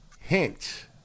Hint